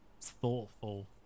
thoughtful